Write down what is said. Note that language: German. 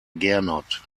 gernot